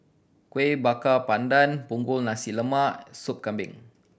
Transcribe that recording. Kuih Bakar Pandan Punggol Nasi Lemak Sup Kambing